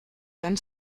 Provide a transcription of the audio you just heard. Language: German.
sein